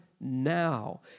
now